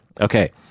Okay